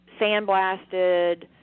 sandblasted